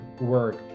work